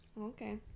Okay